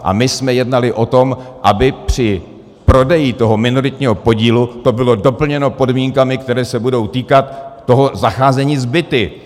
A my jsme jednali o tom, aby při prodeji toho minoritního podílu to bylo doplněno podmínkami, které se budou týkat zacházení s byty.